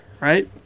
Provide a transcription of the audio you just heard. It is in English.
Right